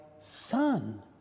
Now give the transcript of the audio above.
son